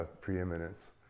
preeminence